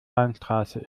weinstraße